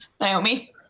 Naomi